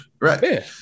right